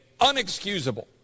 unexcusable